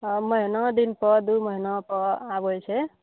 हँ महिना दिन पर दू महिना पर आबै छै